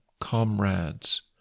comrades